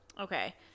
Okay